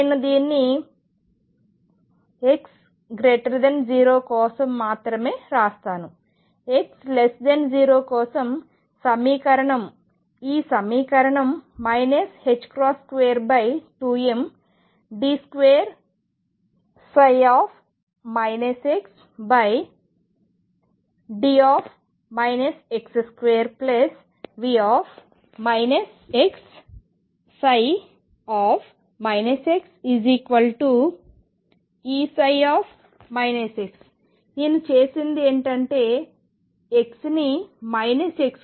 నేను దీన్ని x0 కోసం మాత్రమే వ్రాస్తాను x0 కోసం సమీకరణం ఈ సమీకరణం 22md2 xd x2V x xEψ నేను చేసినది ఏమిటంటే x ని x